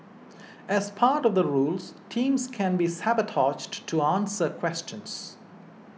as part of the rules teams can be sabotaged to answer questions